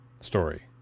story